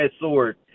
sword